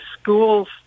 schools